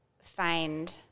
find